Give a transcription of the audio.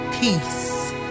Peace